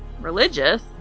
religious